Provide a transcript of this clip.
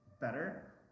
better